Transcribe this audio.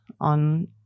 on